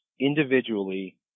individually